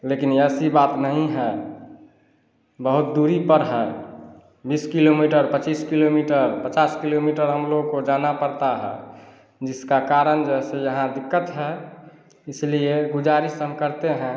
लेकिन यह ऐसी बात नहीं है बहुत दूरी पर है बीस किलोमीटर पचीस किलोमीटर पचास किलोमीटर हमलोगों को जाना पड़ता है जिसके कारण जो है सो यहाँ दिक्कत है इसलिए गुज़ारिश हम करते हैं